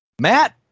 Matt